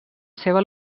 seva